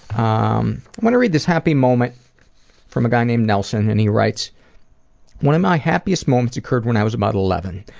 i um want to read this happy moment from a guy named nelson, and he writes one of my happiest moments occurred when i was about eleven.